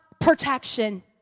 protection